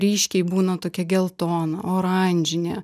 ryškiai būna tokia geltona oranžinė